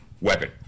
Weapon